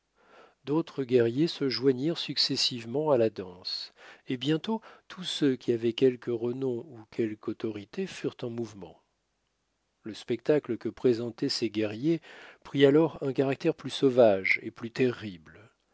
d'autres guerriers se joignirent successivement à la danse et bientôt tous ceux qui avaient quelque renom ou quelque autorité furent en mouvement le spectacle que présentaient ces guerriers prit alors un caractère plus sauvage et plus terrible